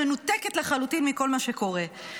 מנותקת לחלוטין מכל מה שקורה.